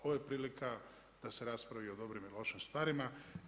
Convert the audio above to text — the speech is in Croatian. Ovo je prilika da se raspravi o dobrim i lošim stvarima.